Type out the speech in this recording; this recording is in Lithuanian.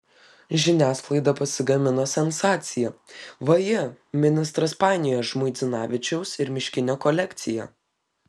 žiniasklaida pasigamino sensaciją vaje ministras painioja žmuidzinavičiaus ir miškinio kolekciją